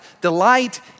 Delight